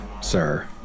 sir